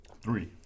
Three